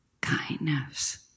kindness